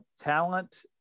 talent